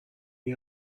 این